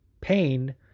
pain